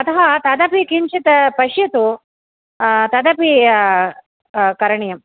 अतः तदपि किञ्चित् पश्यतु तदपि करणीयम्